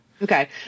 Okay